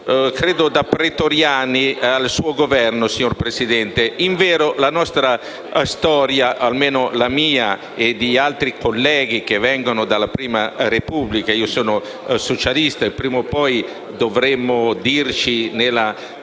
credo da pretoriani, con il suo Governo, signor Presidente. Invero, la nostra storia, la mia e quella di altri colleghi, viene dalla Prima Repubblica: io sono socialista e prima o poi dovremmo dirci, nella